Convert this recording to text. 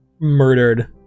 murdered